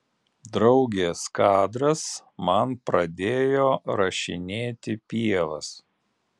draugės kadras man pradėjo rašinėti pievas